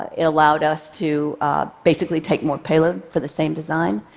it allowed us to basically take more payload for the same design.